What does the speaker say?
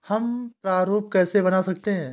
हम प्रारूप कैसे बना सकते हैं?